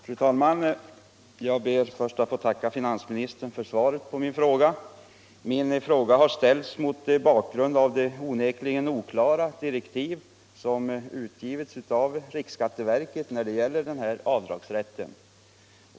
Fru talman! Jag ber först att få tacka finansministern för svaret på min fråga. Denna fråga har ställts mot bakgrund av de onekligen oklara direktiv som utgivits av riksskatteverket när det gäller denna avdragsrätt.